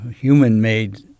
human-made